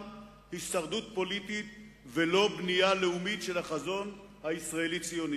הישרדות פוליטית ולא בנייה לאומית של החזון הישראלי-הציוני.